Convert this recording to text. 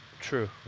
true